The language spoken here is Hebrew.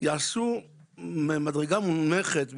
יעשו מדרגה מונמכת,